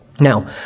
Now